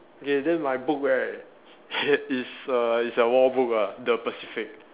okay then my book right it's a it's a war book lah the Pacific